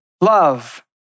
love